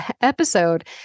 episode